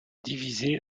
divisée